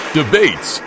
debates